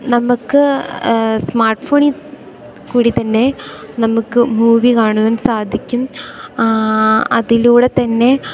നമ്മൾക്ക് സ്മാർട്ട് ഫോണിൽക്കൂടി തന്നെ നമുക്ക് മൂവി കാണുവാൻ സാധിക്കും അതിലൂടെതന്നെ